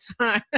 time